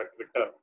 Twitter